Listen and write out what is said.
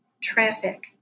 traffic